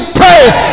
praise